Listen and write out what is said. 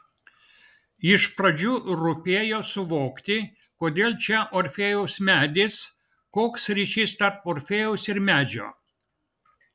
iš pradžių rūpėjo suvokti kodėl čia orfėjaus medis koks ryšys tarp orfėjaus ir medžio